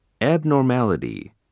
Abnormality